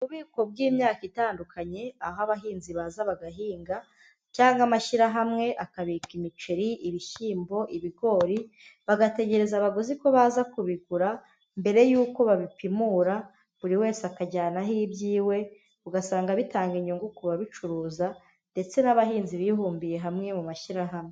Ububiko bw'imyaka itandukanye aho abahinzi baza bagahinga cyangwa amashyirahamwe akabika imiceri, ibishyimbo, ibigori bagategereza abaguzi ko baza kubigura mbere yuko babipimura, buri wese akajyanaho ibyiwe ugasanga bitanga inyungu ku babicuruza ndetse n'abahinzi bibumbiye hamwe mu mashyirahamwe.